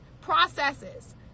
processes